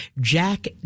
Jack